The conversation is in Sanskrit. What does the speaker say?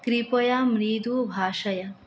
कृपया मृदु भाषय